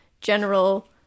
general